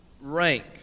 rank